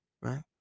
right